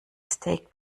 steak